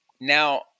Now